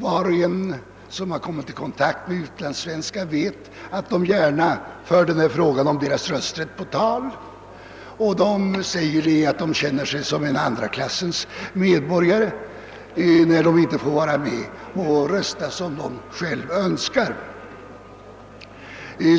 Var och en som kommit i kontakt med utlandssvenskar vet att de gärna för sin brist på rösträtt på tal och säger att de känner sig som andra klassens medborgare när de inte får vara med och rösta som de själva önskar.